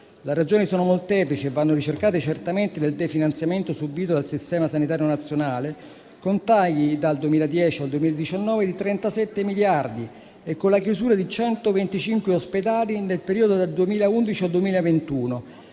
Le ragioni sono molteplici e vanno ricercate certamente nel definanziamento subìto dal sistema sanitario nazionale con tagli dal 2010 al 2019 di 37 miliardi e con la chiusura di 125 ospedali nel periodo dal 2011 al 2021,